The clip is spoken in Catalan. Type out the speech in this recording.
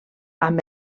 amb